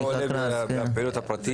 --- מעודד את הפעילות הפרטית?